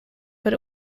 but